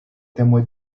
temoj